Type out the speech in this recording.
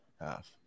half